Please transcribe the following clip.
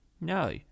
No